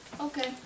Okay